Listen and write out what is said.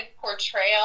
portrayal